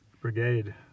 brigade